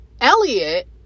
Elliot